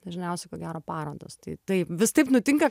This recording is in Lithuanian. dažniausiai ko gero parodos tai taip vis taip nutinka